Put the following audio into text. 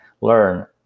learn